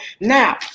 Now